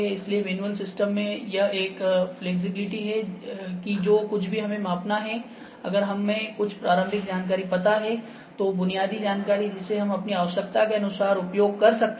इसलिए manual system में यह एक फ्लेक्सिबिलिटी है कि जो कुछ भी हमें मापना है अगर हमें कुछ प्रारंभिक जानकारी पता है तो बुनियादी जानकारी जिसे हम अपनी आवश्यकता के अनुसार उपयोग कर सकते हैं